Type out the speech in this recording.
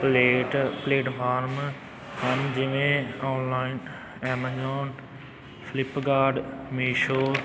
plate platform ਹਨ ਜਿਵੇਂ online Amazon Flipkart Meesho